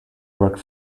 work